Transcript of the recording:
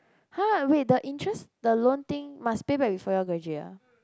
!huh! wait the interest the loan thing must pay back before you all graduate ah